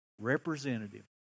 representative